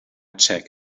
checked